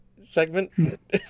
segment